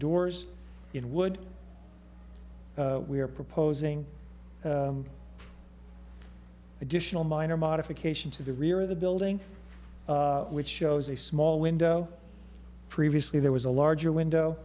doors in wood we are proposing additional minor modification to the rear of the building which shows a small window previously there was a larger window